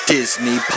Disney